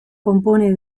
compone